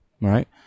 right